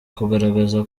kugaragaza